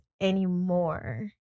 anymore